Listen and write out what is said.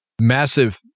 massive